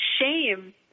shame